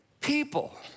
people